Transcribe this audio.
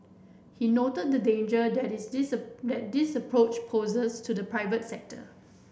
he noted the danger that this that this approach poses to the private sector